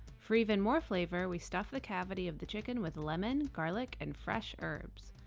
for even more flavor, we stuff the cavity of the chicken with lemon, garlic, and fresh herbs.